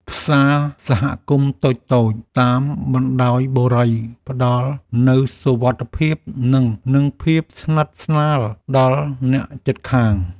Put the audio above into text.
ផ្សារសហគមន៍តូចៗតាមបណ្ដាបុរីផ្ដល់នូវសុវត្ថិភាព និងភាពស្និទ្ធស្នាលដល់អ្នកជិតខាង។